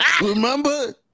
Remember